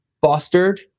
fostered